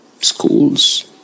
schools